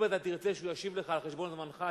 אם אתה תרצה שהוא ישיב לך על חשבון זמנך,